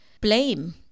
blame